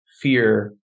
fear